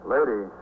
Lady